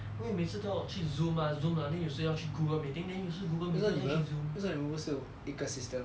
因为每次都要去 Zoom ah Zoom ah then 有时候又要去 Google meeting then 有时 Google meeting 又要去 Zoom